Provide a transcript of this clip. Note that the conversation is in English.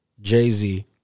Jay-Z